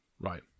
Right